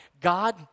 God